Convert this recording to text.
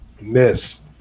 Miss